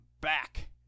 back